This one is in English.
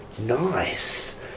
Nice